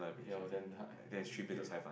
ya then you you you